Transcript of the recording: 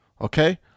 Okay